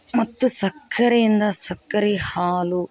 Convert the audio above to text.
ಮತ್ತು ಸಕ್ಕರೆಯಿಂದ ಸಕ್ಕರೆ ಹಾಲು